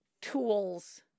tools